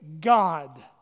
God